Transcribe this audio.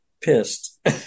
pissed